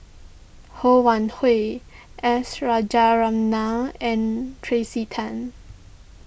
Ho Wan Hui S Rajaratnam and Tracey Tan